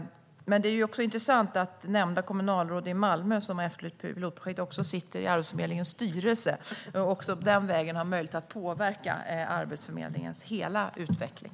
Men det är intressant att det kommunalråd i Malmö som har efterlyst pilotprojekt också sitter i Arbetsförmedlingens styrelse och på den vägen har möjlighet att påverka Arbetsförmedlingens hela utveckling.